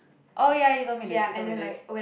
oh ya you told me this you told me this